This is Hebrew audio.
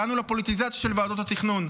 הגענו לפוליטיזציה של ועדות התכנון.